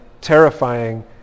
terrifying